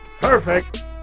Perfect